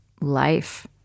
life